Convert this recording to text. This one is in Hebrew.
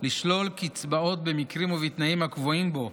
לשלול קצבאות במקרים ובתנאים הקבועים בו,